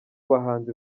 bahanzi